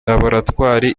laboratwari